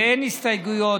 באין הסתייגויות,